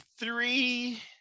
three